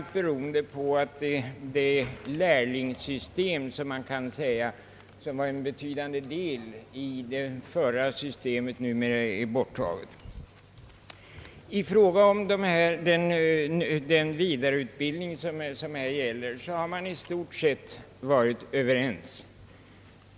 Det beror framför allt på att det lärlingssystem som man kan säga utgjorde en betydande del i det förra systemet numera har slopats. I fråga om den vidareutbildning som det här gäller har i stort sett enighet rått.